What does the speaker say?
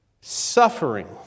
Suffering